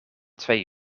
twee